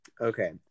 Okay